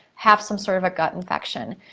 have some sort of a gut infection.